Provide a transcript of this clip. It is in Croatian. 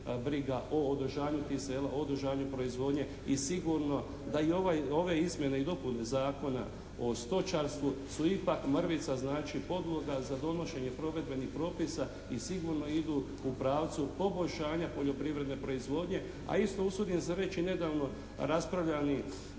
briga o održanju tih sela, o održanju proizvodnje i sigurno da i ove izmjene i dopune Zakona o stočarstvu su ipak mrvica, podloga za donošenje provedbenih propisa i sigurno idu u pravcu poboljšanja poljoprivredne proizvodnje. A isto usudim se reći nedavno raspravljani